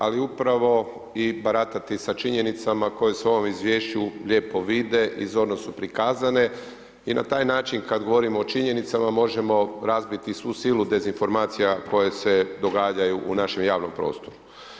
Ali upravo i baratati sa činjenicama koje se u ovom Izvješću lijepo vide i zorno su prikazane i taj način, kad govorimo o činjenicama možemo razbiti svu silu dezinformacija koje se događaju u našem javnom prostoru.